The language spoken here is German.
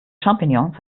champignons